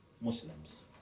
Muslims